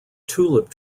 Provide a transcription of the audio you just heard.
tulip